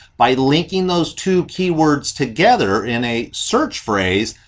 by linking those two keywords together in a search phrase,